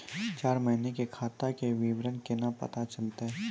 चार महिना के खाता के विवरण केना पता चलतै?